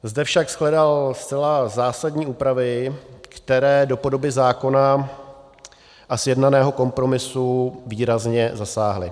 My jsme však shledali zásadní úpravy, které do podoby zákona a sjednaného kompromisu výrazně zasáhly.